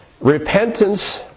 Repentance